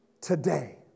today